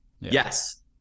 Yes